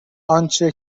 آنچه